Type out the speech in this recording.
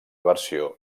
versió